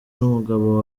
n’umugabo